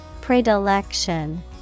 Predilection